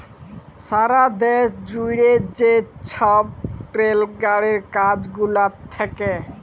সারা দ্যাশ জুইড়ে যে ছব রেল গাড়ির কাজ গুলা থ্যাকে